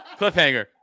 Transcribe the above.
cliffhanger